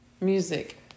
music